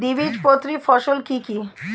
দ্বিবীজপত্রী ফসল কি কি?